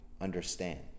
understand